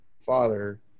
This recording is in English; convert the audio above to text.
father